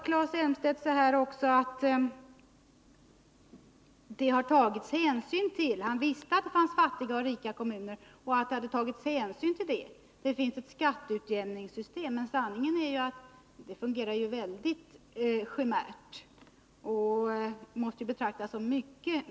Claes Elmstedt sade vidare att han vet att det finns fattiga och rika kommuner men att man hade tagit hänsyn till det. Det finns ett skatteutjämningssystem, sade han. Men sanningen är ju att det är en chimär. Effekten av det måste betraktas som minimal.